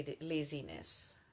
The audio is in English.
laziness